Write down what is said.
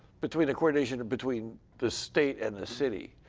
between the coordination, between the state and the city.